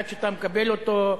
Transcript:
עד שאתה מקבל אותו,